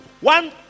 One